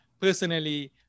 personally